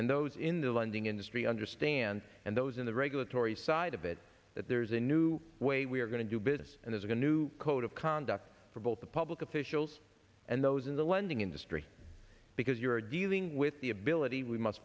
and those in the lending industry understand and those in the regulatory side of it that there's a new way we're going to do business and there's going to code of conduct for both the public officials and those in the lending industry because you're dealing with the ability we must